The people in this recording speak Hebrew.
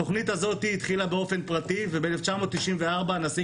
התוכנית הזו התחילה באופן פרטי וב-1994 הנשיא